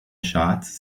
shots